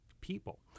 people